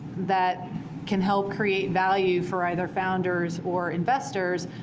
that can help create value for either founders or investors.